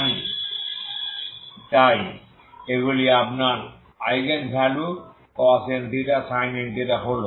জানি তাই এইগুলি আপনার eigen value cos nθ sin nθ হল